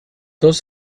dos